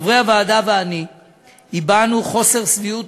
חברי הוועדה ואני הבענו את חוסר שביעות